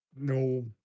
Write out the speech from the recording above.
No